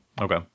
Okay